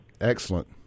Excellent